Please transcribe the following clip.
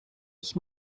ich